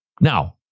Now